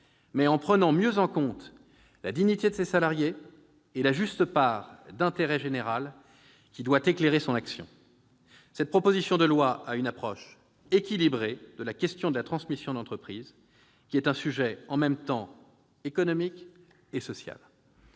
mais en prenant mieux en compte la dignité de ses salariés et la juste part d'intérêt général qui doit éclairer son action. Cette proposition de loi a une approche équilibrée de la question de la transmission d'entreprise, qui est un sujet tout à la fois économique et social.